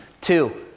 Two